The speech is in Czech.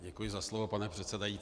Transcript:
Děkuji za slovo, pane předsedající.